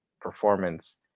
performance